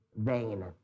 vein